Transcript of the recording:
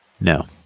No